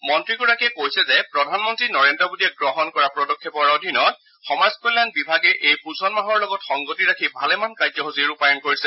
মন্নীগৰাকীয়ে কৈছে যে প্ৰধানমন্নী নৰেন্দ্ৰ মোডীয়ে গ্ৰহণ কৰা পদক্ষেপৰ অধীনত সমাজ কল্যাণ বিভাগে এই পোষণ মাহৰ লগত সংগতি ৰাখি ভালেমান কাৰ্যসূচী ৰূপায়ণ কৰিছে